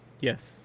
Yes